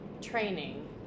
training